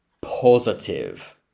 positive